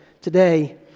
today